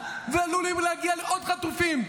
ועלולים להגיע לעוד חטופים.